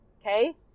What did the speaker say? Okay